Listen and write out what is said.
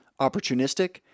opportunistic